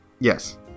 Yes